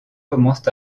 commencent